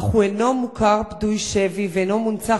אך הוא אינו מוכר פדוי שבי ואינו מונצח